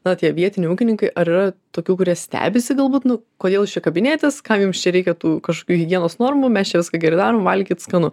na tie vietiniai ūkininkai ar yra tokių kurie stebisi galbūt nu kodėl jūs čia kabinėjatės kam jums čia reikėtų tų kažkokių higienos normų mes čia viską gerai darom valgyt skanu